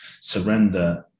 surrender